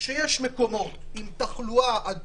שיש מקומות שבהם תחלואה רבה, אדומה,